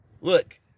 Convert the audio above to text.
Look